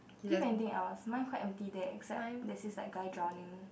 do you have antying else mine quite empty there except there is this like guy drowning